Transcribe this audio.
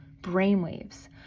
brainwaves